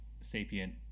sapient